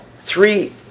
Three